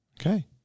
Okay